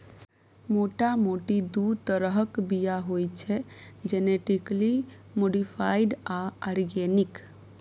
मोटा मोटी दु तरहक बीया होइ छै जेनेटिकली मोडीफाइड आ आर्गेनिक